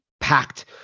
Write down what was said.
packed